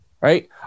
Right